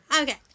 Okay